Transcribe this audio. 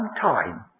time